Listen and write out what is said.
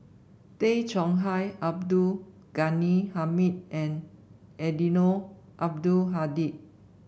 Tay Chong Hai Abdul Ghani Hamid and Eddino Abdul Hadi